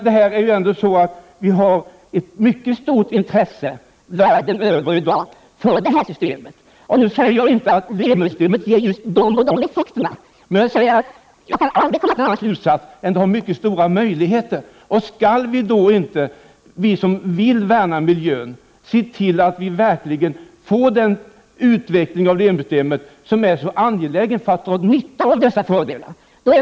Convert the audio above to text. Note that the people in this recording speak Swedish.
Det är ju ändå så, att det i dag finns ett mycket stort intresse världen över för det här systemet. Jag vill inte hävda att Lemi-systemet ger just den eller den effekten. Men den slutsats jag kan dra är att systemet har mycket stora möjligheter. Skall då inte vi som vill värna miljön se till att det verkligen blir den utveckling av Lemi-systemet som är så angelägen när det gäller att dra nytta av fördelarna av systemet på detta område?